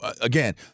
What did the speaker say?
Again